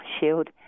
shield